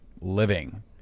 living